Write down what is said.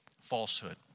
falsehood